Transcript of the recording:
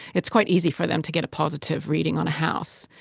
it's quite easy for them to get a positive reading on a house,